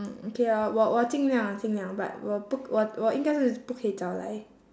mm okay lor 我我尽量尽量 but 我不我我应该是不可以早来